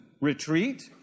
retreat